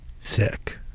Sick